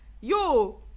yo